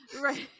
Right